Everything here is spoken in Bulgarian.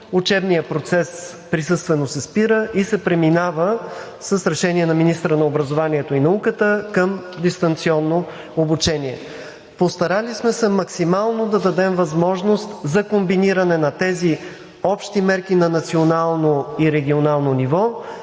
учебният процес присъствено се спира и се преминава с решение на министъра на образованието и науката към дистанционно обучение. Постарали сме се максимално да дадем възможност за комбиниране на тези общи мерки на национално и регионално ниво